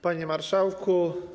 Panie Marszałku!